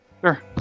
Sure